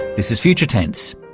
this is future tense.